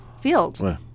field